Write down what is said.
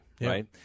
right